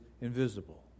invisible